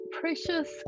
precious